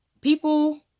people